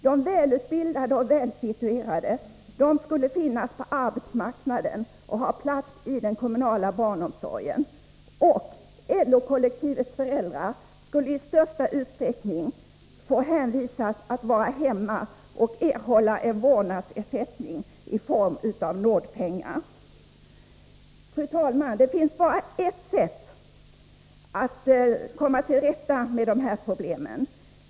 De välutbildade och välsituerade skulle finnas på arbetsmarknaden och ha plats i den kommunala barnomsorgen, och LO-kollektivets föräldrar skulle i största utsträckning hänvisas till att vara hemma och erhålla en vårdnadsersättning i form av nålpengar. Det finns bara ett sätt att komma till rätta med dessa problem.